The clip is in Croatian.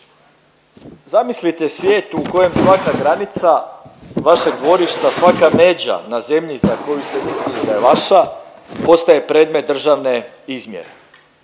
Zamislite svijet u kojem svaka granica vašeg dvorišta svaka međa na zemlji za koju ste mislili da je vaša postaje predmet državne izmjere.